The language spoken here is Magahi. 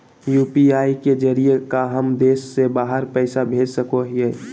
यू.पी.आई के जरिए का हम देश से बाहर पैसा भेज सको हियय?